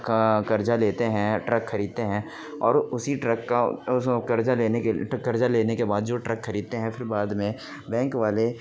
کا قرضہ لیتے ہیں ٹرک خریدتے ہیں اور اسی ٹرک کا قرضہ لینے قرضہ لینے کے بعد جو ٹرک خریدتے ہیں پھر بعد میں بینک والے